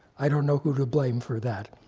i don't know who to blame for that.